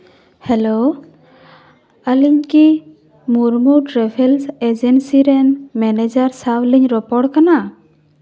hello ᱟᱹᱞᱤᱧ ᱠᱤ Murmu travels agency ᱨᱮᱱ ᱢᱮᱱᱮᱡᱟᱨ ᱥᱟᱶᱞᱤᱧ ᱨᱚᱯᱚᱲ ᱠᱟᱱᱟ